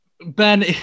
Ben